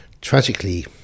Tragically